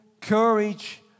courage